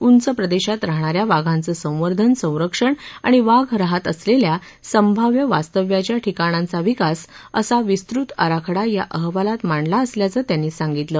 उंच प्रदेशात राहणाऱ्या वाघांचं संवर्धन संरक्षण आणि वाघ राहात असलेल्या संभाव्य वास्तव्याच्या ठिकाणाचा विकास असा विस्तृत आराखडा या अहवालात मांडला असल्याचं त्यांनी सांगितलं